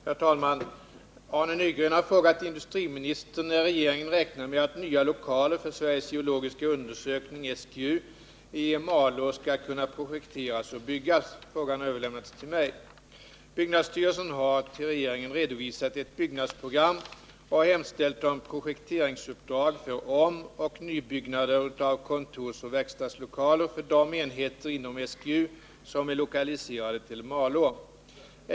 Herr talman! Arne Nygren har frågat industriministern när regeringen räknar med att nya lokaler för Sveriges geologiska undersökning i Malå skall kunna projekteras och byggas. Frågan har överlämnats till mig. Byggnadsstyrelsen har till regeringen redovisat ett byggnadsprogram samt hemställt om projekteringsuppdrag för omoch nybyggnader av kontorsoch verkstadslokaler för de enheter inom SGU som är lokaliserade till Malå.